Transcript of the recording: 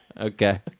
Okay